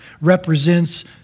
represents